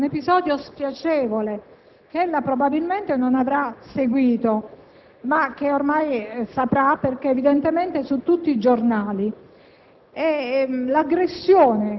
quando si è verificato un episodio spiacevole che ella, probabilmente, non avrà seguito, ma che ormai saprà perché è su tutti i giornali: